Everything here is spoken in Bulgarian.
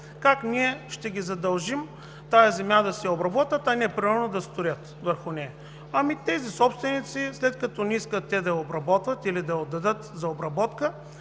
как ние ще ги задължим тази земя да си я обработват, а не примерно да строят върху нея? Тези собственици, след като не искат да я обработват или да я отдадат за обработка,